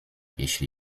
jeśli